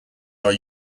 are